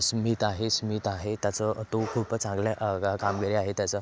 स्मित आहे स्मित आहे त्याचं तो खूप चांगल्या कामगिरी आहे त्याचं